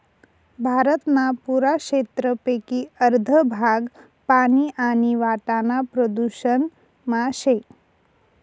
भारतना पुरा क्षेत्रपेकी अर्ध भाग पानी आणि वाटाना प्रदूषण मा शे